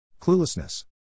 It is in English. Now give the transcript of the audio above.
Cluelessness